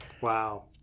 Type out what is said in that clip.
Wow